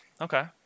okay